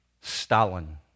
Stalin